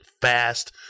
fast